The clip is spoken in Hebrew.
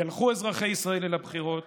ילכו אזרחי ישראל אל הבחירות